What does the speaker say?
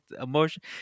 emotion